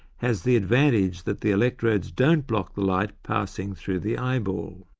has the advantage that the electrodes don't block the light passing through the eyeball.